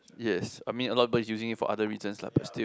yes I mean a lot of people is using it for other reasons lah but still